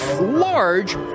large